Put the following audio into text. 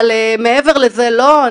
אבל מעבר לזה לא.